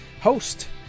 host